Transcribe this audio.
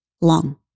long